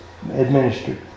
administered